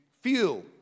feel